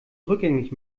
rückgängig